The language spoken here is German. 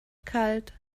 kalt